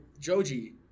Joji